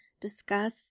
discuss